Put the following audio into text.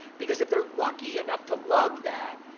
because if they're lucky enough to love that,